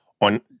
on